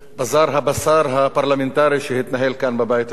בזאר הבשר הפרלמנטרי שהתנהל כאן בבית הזה,